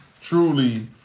truly